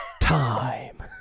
Time